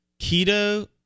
keto